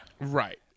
Right